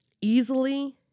easily